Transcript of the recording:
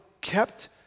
kept